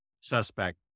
suspect